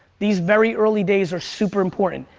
these very early days are super important.